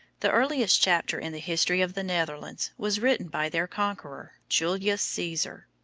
the earliest chapter in the history of the netherlands was written by their conqueror, julius caesar.